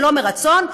שלא מרצון,